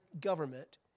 government